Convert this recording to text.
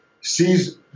Sees